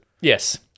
Yes